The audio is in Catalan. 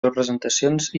representacions